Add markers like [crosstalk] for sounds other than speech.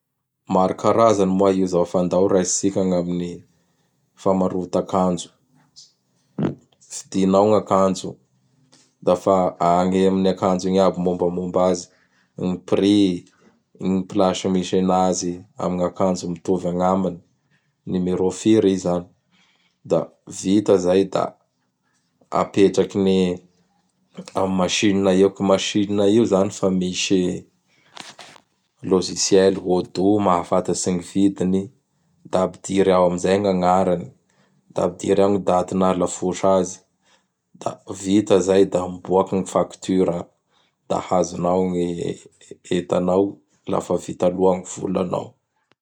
Maro karazany moa io zao fa andao raitsika gn' amin'ny famarota akanjo. [noise] Vidinao gn akanjo, da fa agny amin'gny akanjo igny aby gny mombamomba azy: ny prix, gny plasy misy anazy amin'gny akanjo mitovy agnaminy, numéro firy i izany! Da vita izay da apetrakiny amin'gny machine eo, ka io machine io izany fa misy [noise] logiciel Odoo mahafatatsy gny vidiny. Da apidiry ao amin'izay gny agnarany, da apidiry ao gny daty nahalafosa azy, da vita izay da miboaky gny faktura, da hazonao gny entanao lafa vita aloa gny volanao.